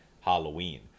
Halloween